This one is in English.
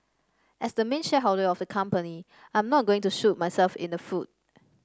as the main shareholder of the company I am not going to shoot myself in the foot